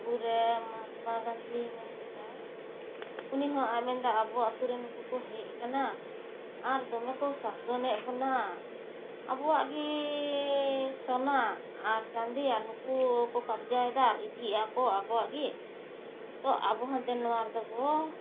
ᱛᱳ ᱩᱱᱨᱮ ᱢᱟᱦᱟᱛᱢᱟ ᱜᱟᱱᱫᱷᱤ ᱢᱮᱱ ᱠᱮᱫᱟᱭ ᱩᱱᱤ ᱦᱚᱸ ᱢᱮᱱᱫᱟ ᱟᱵᱚ ᱟᱛᱳᱨᱮ ᱱᱩᱠᱩ ᱠᱚ ᱦᱮᱡ ᱟᱠᱟᱱᱟ ᱟᱨ ᱫᱚᱢᱮ ᱠᱚ ᱥᱟᱥᱚᱱᱮᱫ ᱵᱚᱱᱟ ᱟᱵᱚᱣᱟᱜ ᱜᱮᱻ ᱥᱚᱱᱟ ᱟᱨ ᱪᱟᱸᱫᱤ ᱟᱨ ᱱᱩᱠᱩ ᱠᱚ ᱠᱟᱵᱽᱡᱟᱭᱮᱫᱟ ᱟᱨ ᱤᱫᱤᱭᱮᱫᱟ ᱠᱚ ᱟᱵᱚᱣᱟᱜ ᱜᱮ ᱛᱚ ᱟᱵᱚ ᱦᱚᱸ ᱫᱮᱱ ᱱᱚᱣᱟ ᱨᱮᱫᱚ ᱵᱚ